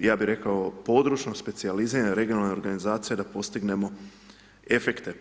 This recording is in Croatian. ja bih rekao, područno specijaliziranih regionalnih organizacija da postignemo efekte.